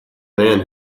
man